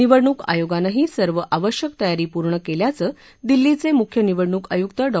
निवडणूक आयोगानंही सर्व आवश्यक तयारी पूर्ण केल्याचं दिल्लीचे मुख्य निवडणूक आयुक डॉ